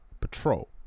Patrol